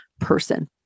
person